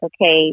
okay